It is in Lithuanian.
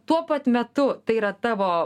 tuo pat metu tai yra tavo